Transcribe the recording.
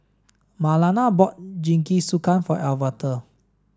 Marlana bought Jingisukan for Alverta